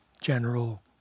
general